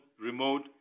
remote